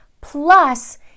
plus